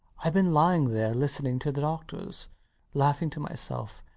ive been lying there listening to the doctors laughing to myself.